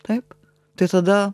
taip tai tada